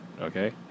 Okay